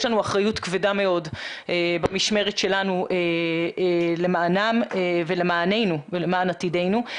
לנו אחריות כבדה מאוד במשמרת שלנו למענם ולמעננו ולמען עתידנו.